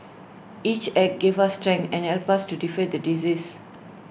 each act gave us strength and helped us to defeat the disease